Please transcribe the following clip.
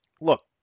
look